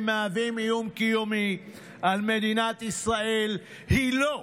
מהווים איום קיומי על מדינת ישראל היא לא.